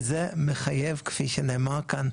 וזה מחייב כפי שנאמרה כאן,